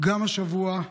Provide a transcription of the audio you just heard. גם השבוע,